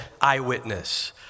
eyewitness